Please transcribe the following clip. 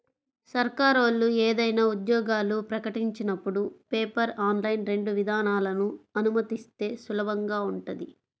సర్కారోళ్ళు ఏదైనా ఉద్యోగాలు ప్రకటించినపుడు పేపర్, ఆన్లైన్ రెండు విధానాలనూ అనుమతిస్తే సులభంగా ఉంటది